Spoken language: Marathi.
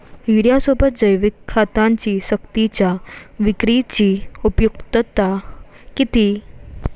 युरियासोबत जैविक खतांची सक्तीच्या विक्रीची उपयुक्तता किती?